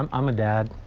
i'm i'm a dad.